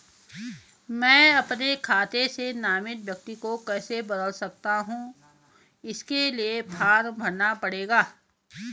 मैं अपने खाते से नामित व्यक्ति को कैसे बदल सकता हूँ इसके लिए फॉर्म भरना पड़ेगा?